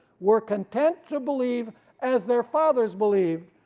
were content to believe as their fathers believed,